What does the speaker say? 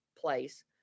place